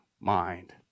mind